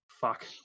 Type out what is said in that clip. Fuck